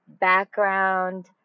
background